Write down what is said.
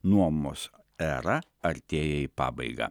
nuomos era artėja į pabaigą